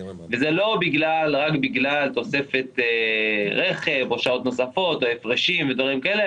זה לא רק בגלל תוספת רכב או שעות נוספות או הפרשים ודברים כאלה,